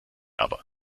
aber